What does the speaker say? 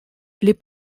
les